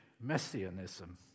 messianism